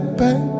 back